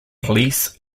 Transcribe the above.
police